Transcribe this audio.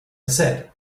said